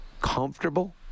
comfortable